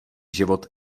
život